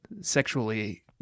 sexually